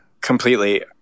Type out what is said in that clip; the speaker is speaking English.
Completely